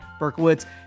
Berkowitz